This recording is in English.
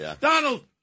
Donald